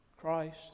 Christ